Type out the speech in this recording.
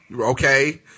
okay